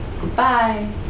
Goodbye